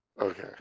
Okay